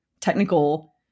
technical